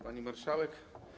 Pani Marszałek!